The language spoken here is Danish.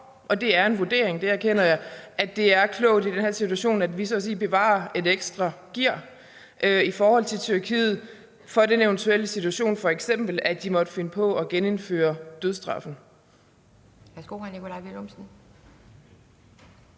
og det er en vurdering, det erkender jeg – at det i den her situation er klogt, at vi så at sige bevarer et ekstra gear i forhold til Tyrkiet for den eventuelle situation, at de f.eks. måtte finde på at genindføre dødsstraffen.